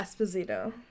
Esposito